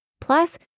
plus